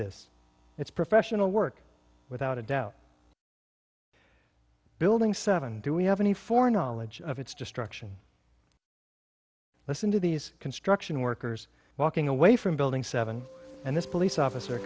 this it's professional work without a doubt building seven do we have any for knowledge of its destruction listen to these construction workers walking away from building seven and this police officer